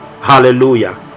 Hallelujah